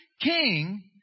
king